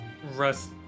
rest